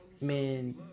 man